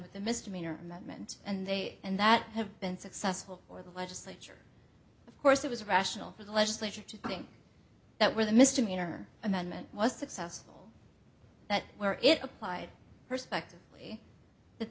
with the misdemeanor amendment and they and that have been successful for the legislature of course it was rational for the legislature to think that where the misdemeanor amendment was successful that where it applied perspective that